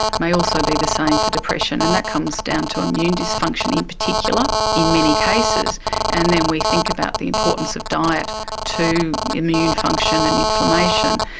may also be the same for depression. and that comes down to immune dysfunction in particular in many cases, and then we think about the importance of diet to immune function and inflammation,